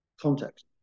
context